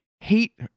hate